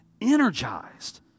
Energized